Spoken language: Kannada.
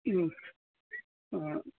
ಹ್ಞೂ ಹಾಂ